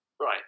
right